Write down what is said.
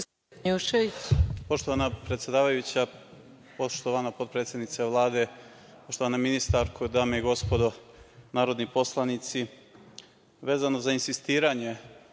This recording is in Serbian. Poštovana predsedavajuća, poštovana potpredsednice Vlade, poštovana ministarko, dame i gospodo narodni poslanici, vezano za insistiranje